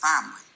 Family